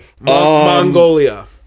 Mongolia